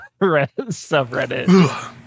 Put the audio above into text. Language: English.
subreddit